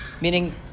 Meaning